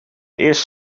eerst